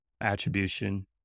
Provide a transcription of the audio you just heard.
attribution